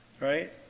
right